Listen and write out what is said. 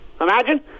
Imagine